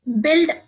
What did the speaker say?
build